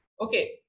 Okay